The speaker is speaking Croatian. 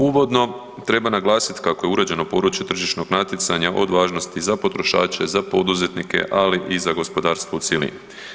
Uvodno treba naglasiti kao je uređeno područje tržišnog natjecanja od važnosti za potrošače, za poduzetnike, ali i za gospodarstvo u cjelini.